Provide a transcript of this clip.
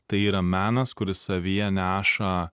tai yra menas kuris savyje neša